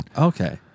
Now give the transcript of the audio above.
Okay